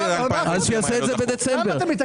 למה אתה מתעקש?